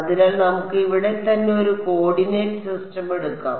അതിനാൽ നമുക്ക് ഇവിടെത്തന്നെ ഒരു കോർഡിനേറ്റ് സിസ്റ്റം എടുക്കാം